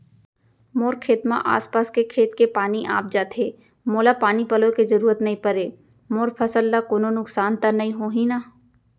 मोर खेत म आसपास के खेत के पानी आप जाथे, मोला पानी पलोय के जरूरत नई परे, मोर फसल ल कोनो नुकसान त नई होही न?